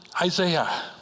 Isaiah